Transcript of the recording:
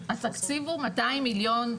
התקציב הוא 200 מיליון ₪.